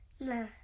No